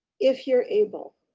if you're able,